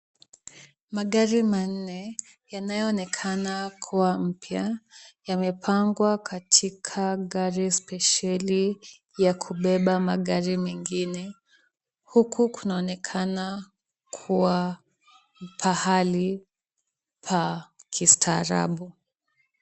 Magari manne yanayoonekana kuwa mpya yamepangwa katika gari spesheli la kubeba magari mengine. Huku kunaonekana kuwa pahali pa kistaarabu.